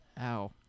Ow